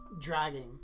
dragging